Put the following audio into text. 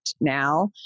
now